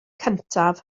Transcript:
cyntaf